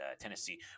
tennessee